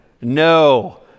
No